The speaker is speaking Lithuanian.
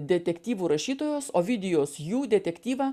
detektyvų rašytojos ovidijos jū detektyvą